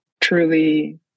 truly